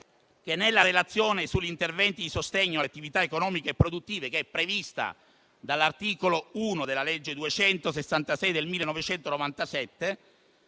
secondo la relazione sugli interventi di sostegno alle attività economiche e produttive, prevista dall'articolo 1 della legge n. 266 del 1997,